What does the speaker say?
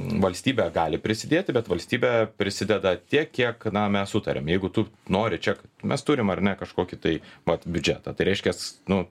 valstybė gali prisidėti bet valstybė prisideda tiek kiek na mes sutariam jeigu tu nori čia mes turim ar ne kažkokį tai vat biudžetą tai reiškias nu